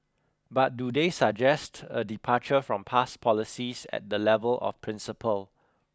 but do they suggest a departure from past policies at the level of principle